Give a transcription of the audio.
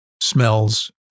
smells